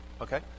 okay